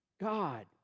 God